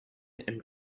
and